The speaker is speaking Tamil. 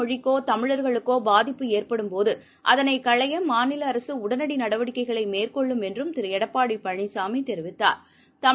மொழிக்கோ தமிழர்களுக்கோபாதிப்பு தமிழ் ஏற்டும்போதுஅதனைகளையமாநிலஅரசுஉடனடிநடவடிக்கைகளைமேற்கொள்ளும் என்றும் திருஎடப்பாடிபழனிசாமிதெரிவித்தாா்